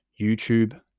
youtube